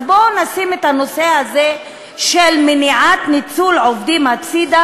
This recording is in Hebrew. אז בואו נשים את הנושא הזה של מניעת ניצול עובדים בצד,